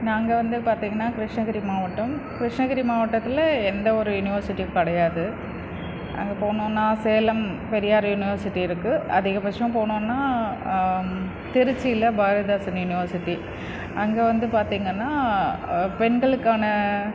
நாங்கள் வந்து பார்த்தீங்கன்னா கிருஷ்ணகிரி மாவட்டம் கிருஷ்ணகிரி மாவட்டத்தில் எந்தவொரு யுனிவர்சிட்டியும் கிடையாது அங்கே போகணுன்னா சேலம் பெரியார் யுனிவர்சிட்டி இருக்குது அதிகபட்சம் போகணுன்னா திருச்சியில் பாரதிதாசன் யுனிவர்சிட்டி அங்கே வந்து பார்த்தீங்கன்னா பெண்களுக்கான